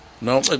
No